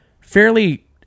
fairly